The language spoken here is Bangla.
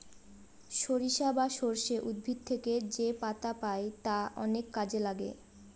সরিষা বা সর্ষে উদ্ভিদ থেকে যেপাতা পাই তা অনেক কাজে লাগে